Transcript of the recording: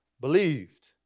believed